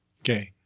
Okay